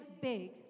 big